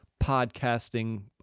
podcasting